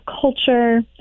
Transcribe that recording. culture